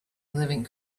living